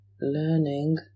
Learning